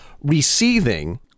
receiving